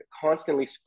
constantly